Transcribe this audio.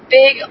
big